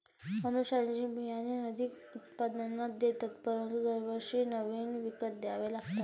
अनुवांशिक बियाणे अधिक उत्पादन देतात परंतु दरवर्षी नवीन विकत घ्यावे लागतात